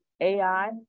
ai